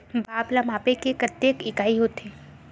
भार ला मापे के कतेक इकाई होथे?